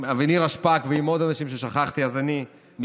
נירה שפק, ואם היו עוד אנשים ושכחתי אז אני מתנצל.